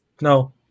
No